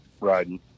riding